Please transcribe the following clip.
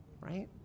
right